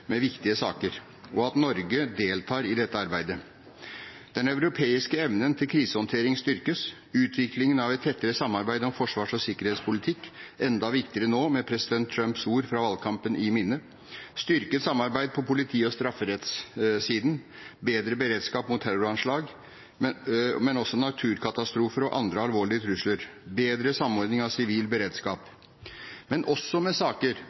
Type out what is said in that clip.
med viktige saker, og at Norge deltar i dette arbeidet. Den europeiske evnen til krisehåndtering styrkes: utviklingen av et tettere samarbeid om forsvars- og sikkerhetspolitikk, enda viktigere nå med president Trumps ord fra valgkampen i minne styrket samarbeid på politi- og strafferettssiden bedre beredskap mot terroranslag, men også mot naturkatastrofer og andre alvorlige trusler bedre samordning av sivil beredskap Men den styrkes også med saker